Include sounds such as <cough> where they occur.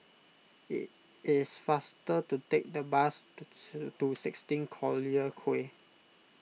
it is faster to take the bus to <unintelligible> to sixteen Collyer Quay